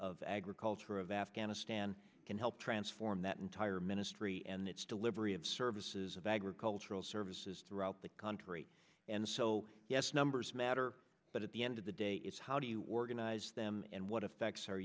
of agriculture of afghanistan can help transform that entire ministry and its delivery of services of agricultural services throughout the country and so yes numbers matter but at the end of the day it's how do you organize them and what effects